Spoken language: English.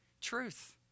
truth